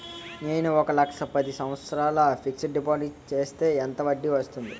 నేను ఒక లక్ష పది సంవత్సారాలు ఫిక్సడ్ డిపాజిట్ చేస్తే ఎంత వడ్డీ వస్తుంది?